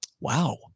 Wow